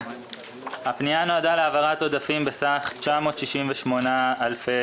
הפנייה נועדה להעברת עודפים בסך 968 מיליוני